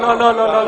לא.